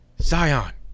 zion